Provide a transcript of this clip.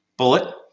bullet